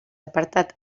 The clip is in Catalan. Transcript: apartat